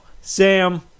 Sam